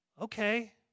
Okay